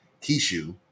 kishu